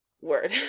Word